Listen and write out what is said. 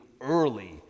early